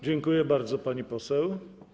Dziękuję bardzo, pani poseł.